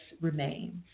remains